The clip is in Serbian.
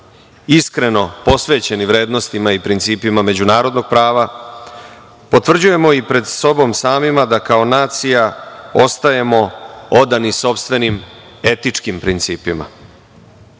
iskreno posvećeni vrednostima i principima međunarodnog prava, potvrđujemo i pred sobom samima da kao nacija ostajemo odani sopstvenim etičkim principima. Srpski